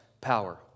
power